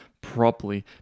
properly